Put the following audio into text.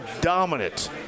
dominant